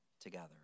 together